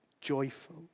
joyful